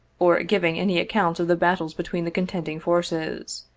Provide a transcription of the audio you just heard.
or giving any account of the battles between the contend ing forces.